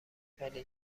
بله